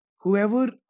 whoever